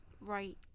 right